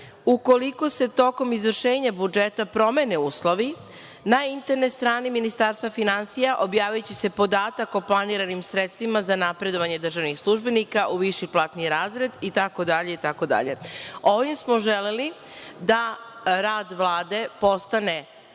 ukoliko se tokom izvršenja budžeta promene uslovi na internet strani Ministarstva finansija objaviće se podatak o planiranim sredstvima za napredovanje državnih službenika u viši platni razred itd. Ovim smo želeli da rad Vlade postane